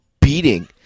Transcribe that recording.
beating